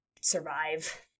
survive